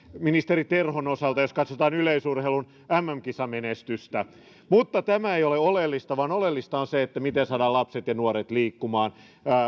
ministeri terhon osalta jos katsotaan yleisurheilun mm kisamenestystä mutta tämä ei ole oleellista vaan oleellista on se miten saadaan lapset ja nuoret liikkumaan